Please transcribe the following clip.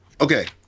okay